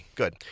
good